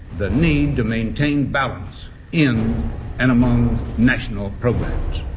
the need to maintain balance in and among national programs,